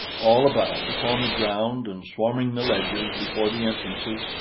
all about, upon the ground and swarming the ledges before the entrances,